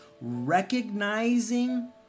recognizing